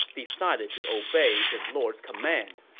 decided to obey his lord's command.